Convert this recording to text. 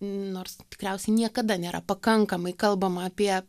nors tikriausiai niekada nėra pakankamai kalbama apie